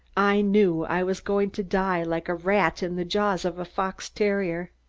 i knew i was going to die like a rat in the jaws of a fox terrier.